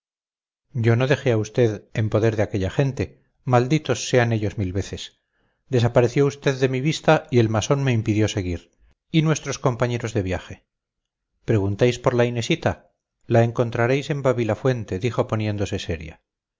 yo no dejé a usted en poder de aquella gente malditos sean ellos mil veces desapareció usted de mi vista y el masón me impidió seguir y nuestros compañeros de viaje preguntáis por la inesita la encontraréis en babilafuente dijo poniéndose seria